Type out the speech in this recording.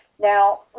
Now